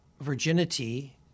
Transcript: virginity